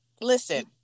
Listen